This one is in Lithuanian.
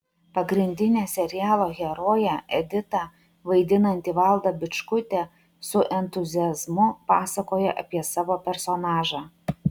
pagrindinę serialo heroję editą vaidinanti valda bičkutė su entuziazmu pasakoja apie savo personažą